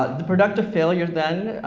the productive failure then,